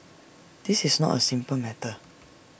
this is not A simple matter